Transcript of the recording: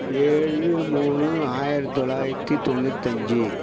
ஏழு மூணு ஆயிரத் தொள்ளாயித்தி தொண்ணூத்தஞ்சு